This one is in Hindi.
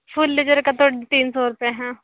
फुल लेजर का तो तीन सौ रूपए है